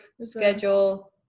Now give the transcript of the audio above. schedule